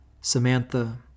Samantha